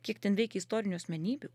kiek ten veikia istorinių asmenybių